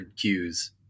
cues